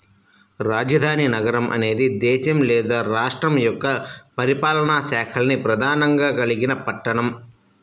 రాజధాని నగరం అనేది దేశం లేదా రాష్ట్రం యొక్క పరిపాలనా శాఖల్ని ప్రధానంగా కలిగిన పట్టణం